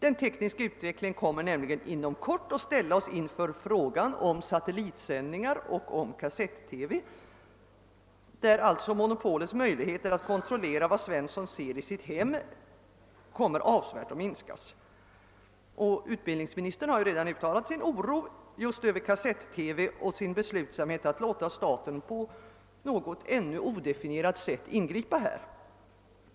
Den tekniska utvecklingen kommer inom kort att ställa oss inför inte bara frågan om satellitsändningar utan också om införande av kassett-TV, varvid monopolets möjligheter att kontrollera vad Svensson ser i sitt hem avsevärt kommer att minskas. Utbildningsministern har ju redan uttalat sin oro inför konsekvenserna av kassett-TV och sin beslutsamhet att låta staten på något ännu odefinierat sätt ingripa härvidlag.